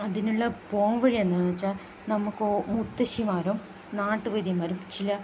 അതിനുള്ള പോംവഴി എന്താണെന്ന് വെച്ചാൽ നമുക്ക് മുത്തശ്ശിമാരോ നാട്ടുവൈദ്യന്മാരും ചില